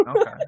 Okay